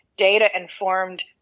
data-informed